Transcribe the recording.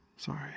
Sorry